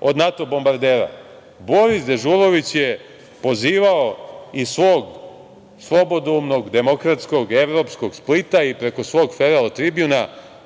od NATO bombardera, Boris Dežulović je pozivao iz svog slobodoumnog, demokratskog, evropskog Splita i preko svog Feral Tribjun